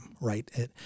right